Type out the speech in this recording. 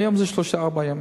היום זה שלושה-ארבעה ימים,